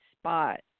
spot